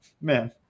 Man